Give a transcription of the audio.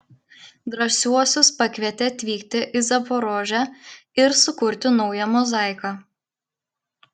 drąsiuosius pakvietė atvykti į zaporožę ir sukurti naują mozaiką